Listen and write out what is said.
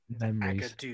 memories